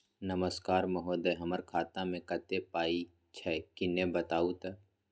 नमस्कार महोदय, हमर खाता मे कत्ते पाई छै किन्ने बताऊ त?